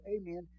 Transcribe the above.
amen